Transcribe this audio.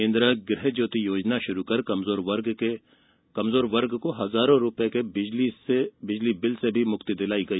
इंदिरा गृह ज्योति योजना शुरू कर कमजोर वर्ग को हजारों रूपए के बिजली बिल से मुक्ति दिलाई गई